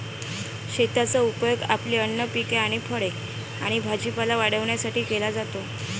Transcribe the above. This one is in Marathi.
शेताचा उपयोग आपली अन्न पिके आणि फळे आणि भाजीपाला वाढवण्यासाठी केला जातो